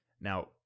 Now